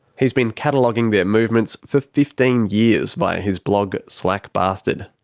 he's been cataloguing their movements for fifteen years via his blog, slackbastard.